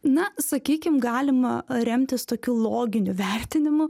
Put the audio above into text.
na sakykim galima remtis tokiu loginiu vertinimu